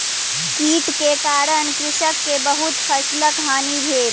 कीट के कारण कृषक के बहुत फसिलक हानि भेल